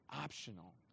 optional